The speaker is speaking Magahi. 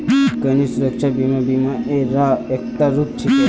क्रेडित सुरक्षा बीमा बीमा र एकता रूप छिके